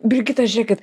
brigita žiūrėkit